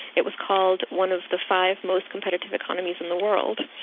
it was called one of the five most competitive economies in the world,